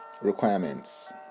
requirements